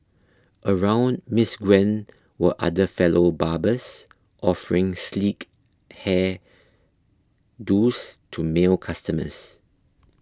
around Miss Gwen were other fellow barbers offering sleek hair do's to male customers